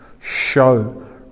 show